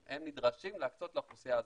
נדרשים להקצות לאוכלוסייה הזו.